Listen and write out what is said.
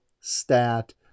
stat